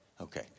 Okay